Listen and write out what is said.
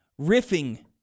riffing